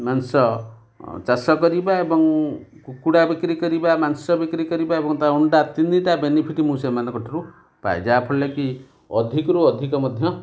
ମାଂସ ଚାଷ କରିବା ଏବଂ କୁକୁଡ଼ା ବିକ୍ରି କରିବା ମାଂସ ବିକ୍ରି କରିବା ଏବଂ ତା ଅଣ୍ଡା ତିନିଟା ବେନିଫିଟ୍ ମୁଁ ସେମାନଙ୍କଠାରୁ ପାଏ ଯାହାଫଳରେ କି ଅଧିକରୁ ଅଧିକ ମଧ୍ୟ